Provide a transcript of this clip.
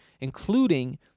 including